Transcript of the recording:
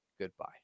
goodbye